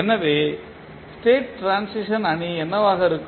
எனவே state transition அணி என்னவாக இருக்கும்